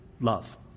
love